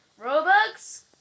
Robux